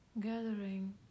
Gathering